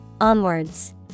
Onwards